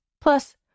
Plus